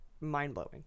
mind-blowing